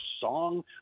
song